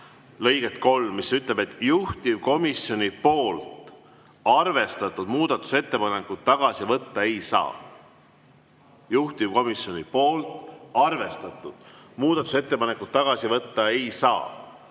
lõike 3, mis ütleb: "Juhtivkomisjoni poolt arvestatud muudatusettepanekut tagasi võtta ei saa." Juhtivkomisjoni poolt arvestatud muudatusettepanekut tagasi võtta ei saa.